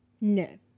no